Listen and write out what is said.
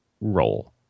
role